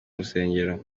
rusengero